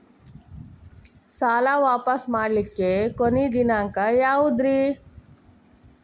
ಸಾಲಾ ವಾಪಸ್ ಮಾಡ್ಲಿಕ್ಕೆ ಕೊನಿ ದಿನಾಂಕ ಯಾವುದ್ರಿ?